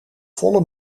volle